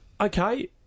okay